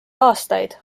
aastaid